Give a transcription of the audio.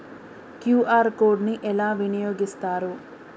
QR code ని ఎలా వినియోగిస్తారు?